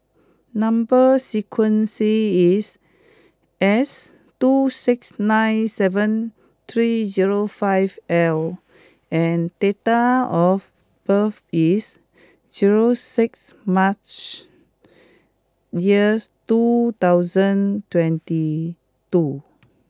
number sequence is S two six nine seven three zero five L and date of birth is zero six March years two thousand twenty two